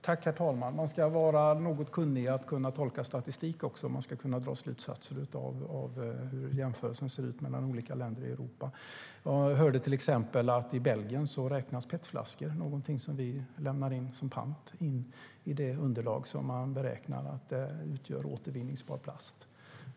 Herr talman! Man ska vara något kunnig i att tolka statistik om man ska kunna dra slutsatser av vad jämförelsen mellan olika länder i Europa säger. Jag hörde till exempel att man i Belgien räknar in PET-flaskor, som vi lämnar in som pant, i det underlag man beräknar utgör återvinningsbar plast.